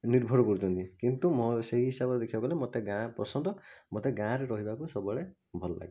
ନିର୍ଭର କରୁଛନ୍ତି କିନ୍ତୁ ମୋ ସେଇ ହିସାବରେ ଦେଖିବାକୁ ଗଲେ ମୋତେ ଗାଁ ପସନ୍ଦ ମୋତେ ଗାଁ'ରେ ରହିବାକୁ ସବୁବେଳେ ଭଲଲାଗେ